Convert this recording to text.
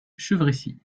chevresis